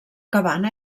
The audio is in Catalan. cabana